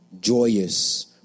joyous